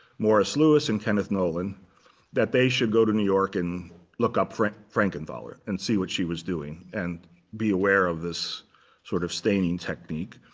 morris louis and kenneth nolan that they should go to new york and look up frank frankenthaler and see what she was doing and be aware of this sort of staging technique.